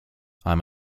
i’m